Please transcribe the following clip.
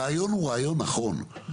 הרעיון הוא רעיון נכון,